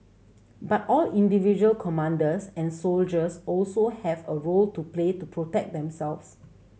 but all individual commanders and soldiers also have a role to play to protect themselves